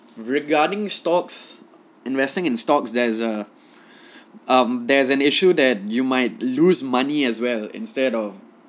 regarding stocks investing in stocks there's a um there's an issue that you might lose money as well instead of